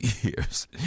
years